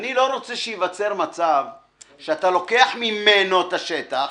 אני לא רוצה שייווצר מצב שאתה לוקח ממנו את השטח.